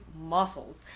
muscles